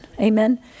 Amen